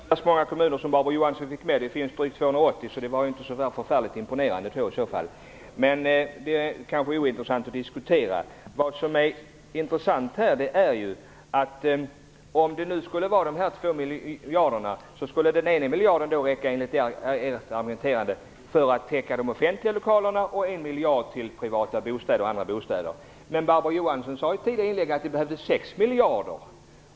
Herr talman! Det var inte så värst många kommuner som Barbro Johansson fick med - det finns drygt 280! Hennes lista var inte särskilt imponerande. Men det kanske är ointressant att diskutera. Av de 2 miljarder som finns avsatta skulle alltså, enligt ert argumenterande, den ena miljarden täcka de offentliga lokalerna och den andra skulle gå till bostäder. Men Barbro Johansson sade i ett tidigare inlägg att det behövdes 6 miljarder.